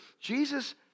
Jesus